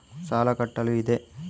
ಸಾಲ ಕಟ್ಟಲು ಇದೆ